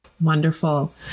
Wonderful